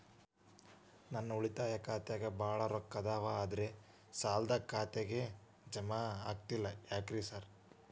ನನ್ ಉಳಿತಾಯ ಖಾತ್ಯಾಗ ಬಾಳ್ ರೊಕ್ಕಾ ಅದಾವ ಆದ್ರೆ ಸಾಲ್ದ ಖಾತೆಗೆ ಜಮಾ ಆಗ್ತಿಲ್ಲ ಯಾಕ್ರೇ ಸಾರ್?